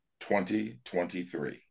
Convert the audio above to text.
2023